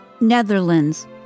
Netherlands